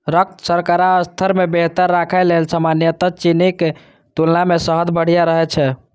रक्त शर्करा स्तर कें बेहतर राखै लेल सामान्य चीनीक तुलना मे शहद बढ़िया रहै छै